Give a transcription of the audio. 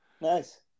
Nice